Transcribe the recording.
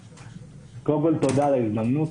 קודם כל תודה על ההזדמנות.